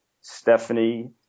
Stephanie